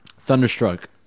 Thunderstruck